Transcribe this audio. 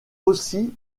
aussi